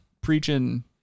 preaching